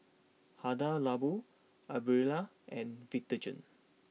Hada Labo Aprilia and Vitagen